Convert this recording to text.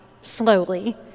slowly